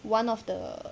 one of the